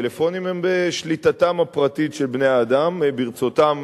הטלפונים הם בשליטתם הפרטית של בני-האדם: ברצותם,